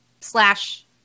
slash